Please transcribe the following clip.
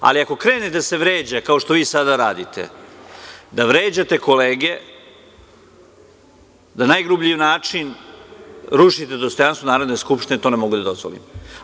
Ali, ako krene da se vređa kao što vi sada radite, da vređate kolege na najgrublji način, rušite dostojanstvo Narodne skupštine to ne mogu da dozvolim.